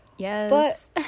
yes